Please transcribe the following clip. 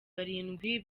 barindwi